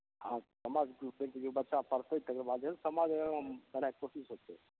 हॅं समझ फेर देखियौ बच्चा पढ़तै तकर बादे ने समझ एवं बनैके कोशिस होतै